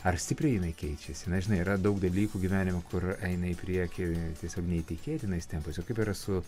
ar stipriai jinai keičiasi na žinai yra daug dalykų gyvenime kur eina į priekį tiesiog neįtikėtinais tempais o kaip yra su